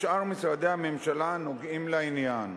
ושאר משרדי הממשלה הנוגעים בעניין.